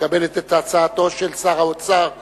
מקבלת את הצעתו של שר האוצר בר-און,